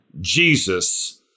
Jesus